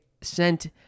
sent